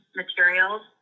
materials